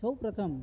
સૌપ્રથમ